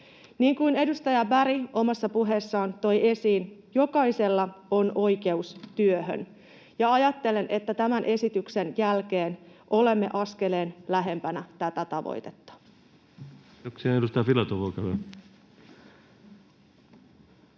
Niin kuin edustaja Berg omassa puheessaan toi esiin, jokaisella on oikeus työhön. Ajattelen, että tämän esityksen jälkeen olemme askeleen lähempänä tätä tavoitetta. Kiitoksia. — Edustaja Filatov,